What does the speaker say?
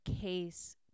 case